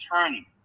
attorney